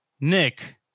Nick